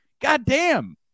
Goddamn